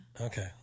Okay